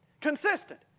Consistent